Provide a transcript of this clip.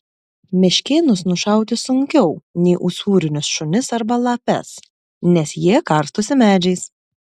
meškėnus nušauti sunkiau nei usūrinius šunis arba lapes nes jie karstosi medžiais